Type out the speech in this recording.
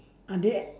ah they